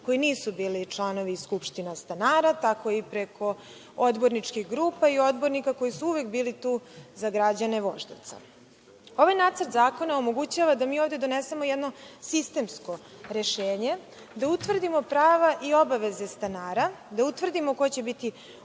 koji nisu bili članovi skupština stanara, tako i preko odborničkih grupa i odbornika koji su uvek bili tu za građane Voždovca. Ovaj nacrt zakona omogućava da mi ovde donesemo jedno sistemsko rešenje, da utvrdimo prava i obaveze stanara, da utvrdimo ko će biti